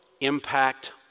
impact